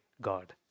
God